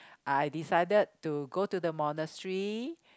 I decided to go to the monastery